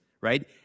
right